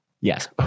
yes